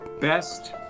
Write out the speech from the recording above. Best